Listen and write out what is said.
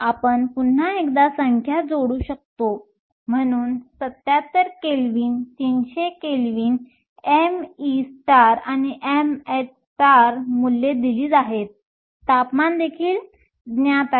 आपण पुन्हा एकदा संख्या जोडू शकतो म्हणून 77 केल्विन 300 केल्विन me आणि mh मूल्ये दिली आहेत तापमान देखील ज्ञात आहे